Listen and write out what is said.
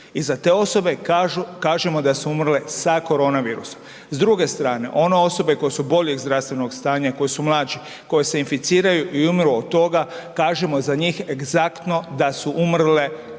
i za te osobe kažu, kažemo da su umrle „sa“ koronavirusom. S druge strane, one osobe koje su boljeg zdravstvenog stanja, koje su mlađi, koje se inficiraju i umru od toga, kažemo za njih egzaktno da su umrle „od“ koronavirusa.